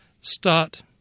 Start